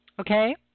Okay